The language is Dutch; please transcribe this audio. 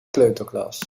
kleuterklas